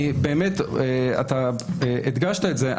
אתה הדגשת את זה,